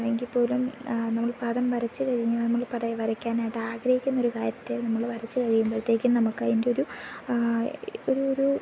എങ്കിൽ പോലും നമ്മൾ പടം വരച്ചു കഴിഞ്ഞാൽ നമ്മൾ ഇപ്പം അത് വരയ്ക്കാനായിട്ട് ആഗ്രഹിക്കുന്ന ഒരു കാര്യത്തെ നമ്മൾ വരച്ചു കഴിയുമ്പോഴത്തേക്കും നമുക്ക് അതിൻ്റെ ഒരു ഒരു ഒരു